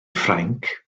ffrainc